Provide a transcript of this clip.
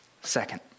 second